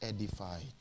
edified